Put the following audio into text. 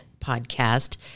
podcast